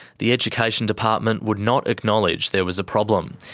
the education department would not acknowledge there was a problem,